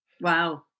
Wow